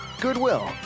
Goodwill